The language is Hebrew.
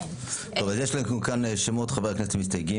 יש לנו כאן את שמות חברי הכנסת המסתייגים.